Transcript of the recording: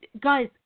guys